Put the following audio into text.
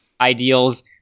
ideals